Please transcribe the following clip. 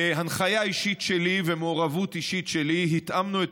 בהנחיה אישית שלי ומעורבות אישית שלי התאמנו את